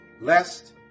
Lest